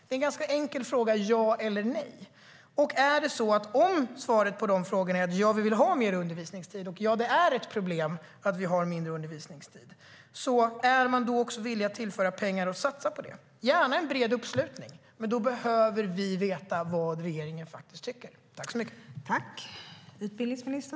Det är en enkel fråga - ja eller nej. Om svaret på frågorna är ja för mer undervisningstid och att det är ett problem med mindre undervisningstid, är man villig att tillföra pengar för att satsa? Det kan gärna vara en bred uppslutning, men då behöver vi veta vad regeringen faktiskt tycker.